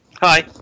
Hi